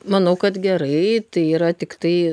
manau kad gerai tai yra tiktai